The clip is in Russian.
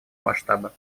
масштаба